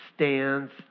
stands